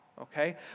Okay